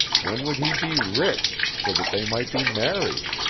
when would he be rich, so that they might be married?